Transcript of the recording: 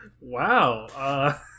Wow